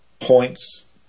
points